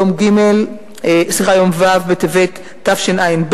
יום ו' בטבת תשע"ב,